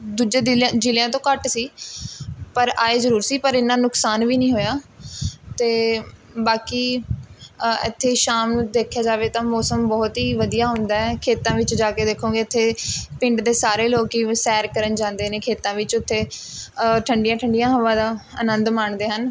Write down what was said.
ਦੂਜੇ ਦਿਲਆਂ ਜ਼ਿਲ੍ਹਿਆਂ ਤੋਂ ਘੱਟ ਸੀ ਪਰ ਆਏ ਜ਼ਰੂਰ ਸੀ ਪਰ ਇੰਨਾਂ ਨੁਕਸਾਨ ਵੀ ਨਹੀਂ ਹੋਇਆ ਅਤੇ ਬਾਕੀ ਇੱਥੇ ਸ਼ਾਮ ਨੂੰ ਦੇਖਿਆ ਜਾਵੇ ਤਾਂ ਮੌਸਮ ਬਹੁਤ ਹੀ ਵਧੀਆ ਹੁੰਦਾ ਖੇਤਾਂ ਵਿੱਚ ਜਾ ਕੇ ਦੇਖੋਗੇ ਇੱਥੇ ਪਿੰਡ ਦੇ ਸਾਰੇ ਲੋਕ ਸੈਰ ਕਰਨ ਜਾਂਦੇ ਨੇ ਖੇਤਾਂ ਵਿੱਚ ਉੱਥੇ ਠੰਡੀਆਂ ਠੰਡੀਆਂ ਹਵਾ ਦਾ ਆਨੰਦ ਮਾਣਦੇ ਹਨ